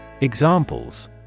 Examples